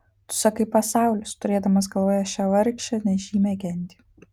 tu sakai pasaulis turėdamas galvoje šią vargšę nežymią gentį